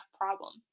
problem